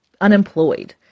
unemployed